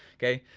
okay?